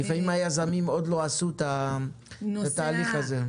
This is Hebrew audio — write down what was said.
לפעמים היזמים עוד לא עשו את ההליך הזה.